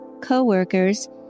co-workers